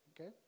okay